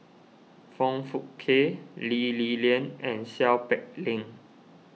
Foong Fook Kay Lee Li Lian and Seow Peck Leng